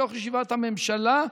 בתוך ישיבת הממשלה.